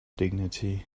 dignity